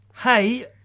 Hey